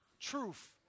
Truth